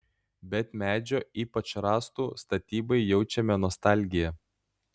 bet medžio ypač rąstų statybai jaučiame nostalgiją